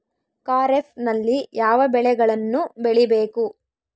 ಖಾರೇಫ್ ನಲ್ಲಿ ಯಾವ ಬೆಳೆಗಳನ್ನು ಬೆಳಿಬೇಕು?